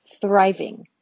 thriving